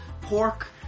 pork